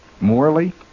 Morley